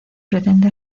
pretende